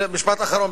משפט אחרון,